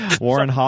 Warren